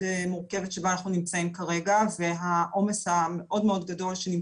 מורכבת שבה אנחנו נמצאים כרגע והעומס המאוד מאוד גדול שיש